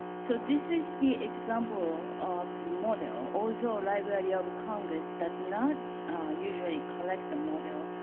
so, this is the example of the model also library of congress does not usually collect the model.